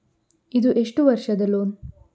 ಇದು ಎಷ್ಟು ವರ್ಷದ ಲೋನ್?